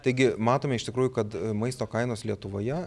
taigi matome iš tikrųjų kad maisto kainos lietuvoje